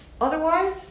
Otherwise